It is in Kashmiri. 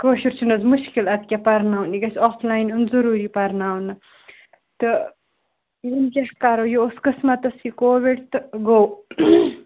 کٲشُر چھُنٕہ حظ مُشکل اَدٕ کیاہ پرناوُن یہِ گَژھہِ آف لاین یُن ضروٗری پرناونہٕ تہٕ وۄنۍ کیاہ کَرو یہِ اوس قٕسمَتس یہِ کووِڑ تہٕ گوٚو